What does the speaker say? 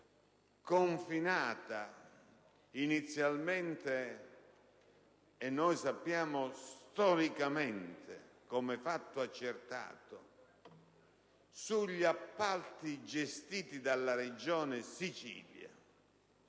confinata - e noi lo sappiamo storicamente, come fatto accertato - agli appalti gestiti dalla Regione Sicilia